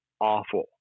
awful